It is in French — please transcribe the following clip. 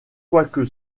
quoique